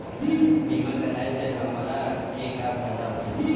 बीमा कराए से हमरा के का फायदा होई?